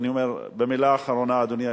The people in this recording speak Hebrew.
במלה אחרונה, אדוני היושב-ראש,